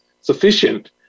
sufficient